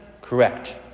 correct